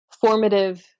formative